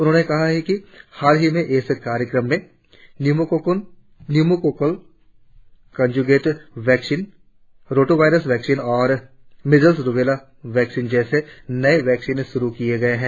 उन्होंने कहा कि हाल ही में इस कार्यक्रम में pneumococcal conjugate vaccine rotavirus vaccine और मीजल्स रुबेला वैक्सीन जैसे नए वैक्सीन शुरु किए गए है